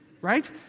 right